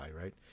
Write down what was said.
right